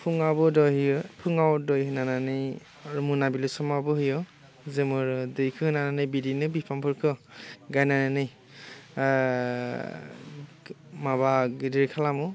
फुङावबो दै होयो फुङाव दै होनानानै आरो मनाबिलि समावबो होयो जोमोरो दैखौ होनानै बिदिनो बिफांफोरखो गायनानै माबा गेदेर खालामो